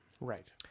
Right